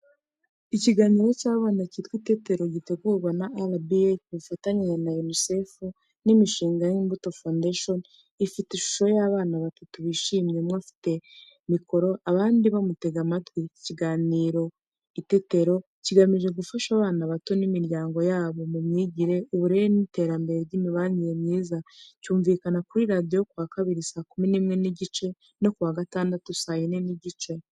Ikiganiro cy’abana cyitwa itetero, gitegurwa na RBA ku bufatanye na UNICEF n’imishinga nk'Imbuto Foundation. Ifite ishusho y’abana batatu bishimye, umwe afite mikoro, abandi bamutega amatwi. Ikiganiro iteterokigamije gufasha abana bato n’imiryango yabo mu myigire, uburere, n’iterambere ry’imibanire myiza. Cyumvikana kuri radiyo ku wa Kabiri saa kumi n'imwe n'igice no ku wa Gatandatu saa yine n'igice.